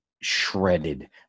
shredded